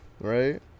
right